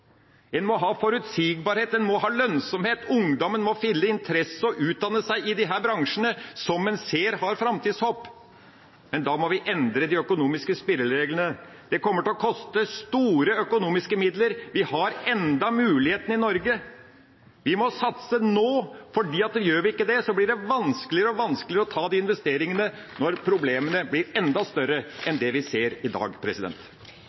En må ha forutsigbarhet, en må ha lønnsomhet. Ungdommen må finne interesse i å utdanne seg i disse bransjene som en ser har framtidshåp. Men da må vi endre de økonomiske spillereglene. Det kommer til å koste store økonomiske midler. Vi har ennå muligheten i Norge. Vi må satse nå, for gjør vi ikke det, blir det vanskeligere og vanskeligere å ta de investeringene når problemene blir enda større enn det vi ser i dag.